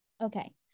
Okay